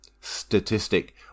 statistic